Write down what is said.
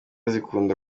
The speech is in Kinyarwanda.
zikunda